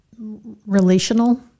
relational